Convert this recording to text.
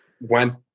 went